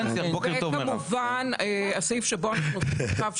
כמובן גם הסעיף,